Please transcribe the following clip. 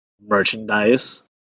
merchandise